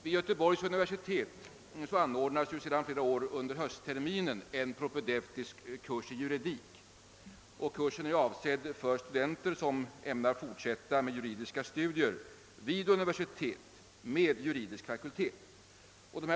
Vid Göteborgs universitet anordnas sedan flera år under höstterminen en propedeutisk kurs i juridik. Kursen är avsedd för studenter som ämnar fortsätta med juridiska studier vid universitet med juridisk fakultet.